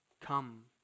Come